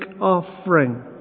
offering